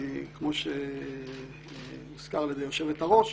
כמו שהוזכר על ידי היושבת-ראש,